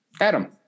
Adam